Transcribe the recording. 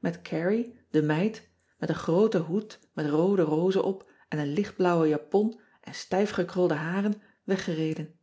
met arrie de meid met een grooten hoed met roode rozen op en een lichtblauwe japon en stijf gekrulde haren weg gereden